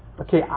Okay